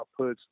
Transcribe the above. outputs